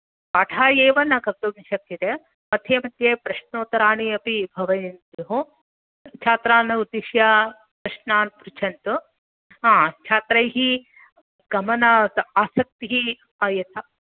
पाठाः एव न कर्तुं शक्यते मध्ये मध्ये प्रश्नोत्तराणि अपि भवेयुः छात्रान् उद्दिश्य प्रश्नान् पृच्छन्तु छात्रैः गमना आसक्तिः यथा